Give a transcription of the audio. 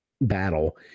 battle